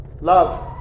love